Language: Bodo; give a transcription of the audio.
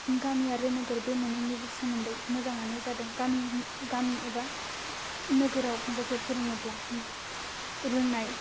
गामि आरो नोगोर बे मोननैबो सोमोन्दै मोजाङानो जादों गामि एबा नोगोराव जोंखौ फोरोङोब्ला रोंनाय